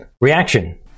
reaction